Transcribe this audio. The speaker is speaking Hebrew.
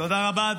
תודה רבה.